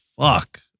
fuck